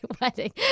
wedding